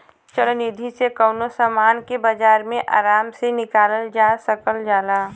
चल निधी से कउनो समान के बाजार मे आराम से निकालल जा सकल जाला